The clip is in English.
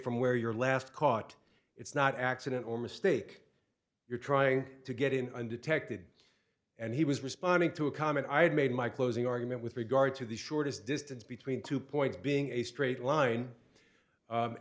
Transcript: from where your last caught it's not accident or mistake you're trying to get in undetected and he was responding to a comment i had made my closing argument with regard to the shortest distance between two points being a straight line